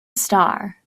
star